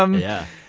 um yeah.